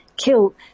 Kill